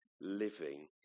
living